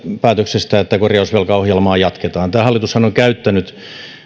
päätöksestä että korjausvelkaohjelmaa jatketaan tämä hallitushan on käyttänyt